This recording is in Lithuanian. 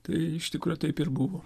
tai iš tikro taip ir buvo